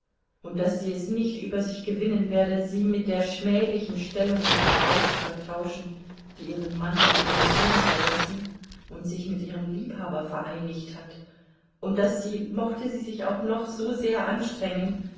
und daß sie es nicht über sich gewinnen werde sie mit der schmählichen stellung einer frau zu vertauschen die ihren mann und ihren sohn verlassen und sich mit ihrem liebhaber vereinigt hat und daß sie mochte sie sich auch noch so sehr anstrengen